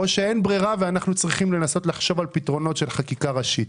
או שאין ברירה ואנחנו צריכים להתחיל לחשוב על פתרונות של חקיקה ראשית?